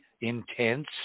intense